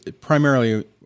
primarily